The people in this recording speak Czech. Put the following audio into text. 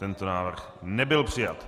Tento návrh nebyl přijat.